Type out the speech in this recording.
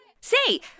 Say